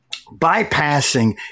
bypassing